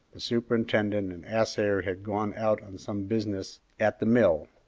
the superintendent and assayer had gone out on some business at the mill,